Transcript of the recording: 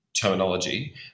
terminology